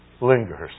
lingers